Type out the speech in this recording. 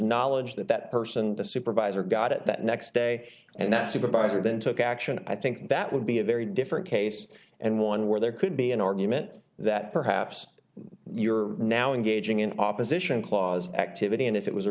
knowledge that that person the supervisor got it that next day and that supervisor then took action i think that would be a very different case and one where there could be an argument that perhaps you're now engaging in opposition clause activity and if it was a